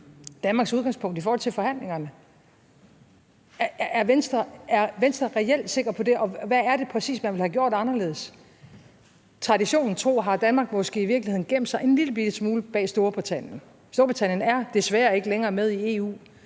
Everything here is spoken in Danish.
Danmarks udgangspunkt i forhold til forhandlingerne? Er Venstre reelt sikker på det? Hvad er det præcis, man ville have gjort anderledes? Traditionen tro har Danmark måske i virkeligheden gemt sig en lillebitte smule bag Storbritannien. Storbritannien er desværre ikke længere med i EU,